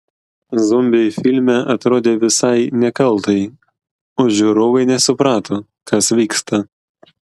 zombiai filme atrodė visai nekaltai o žiūrovai nesuprato kas vyksta